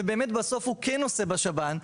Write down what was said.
ובאמת בסוף הוא כן עושה בשב"ן,